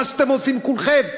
מה שאתם עושים כולכם?